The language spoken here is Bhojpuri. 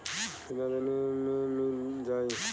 कितना दिन में मील जाई?